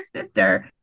sister